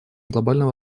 глобального